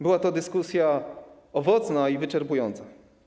Była to dyskusja owocna i wyczerpująca.